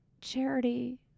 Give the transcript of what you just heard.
charity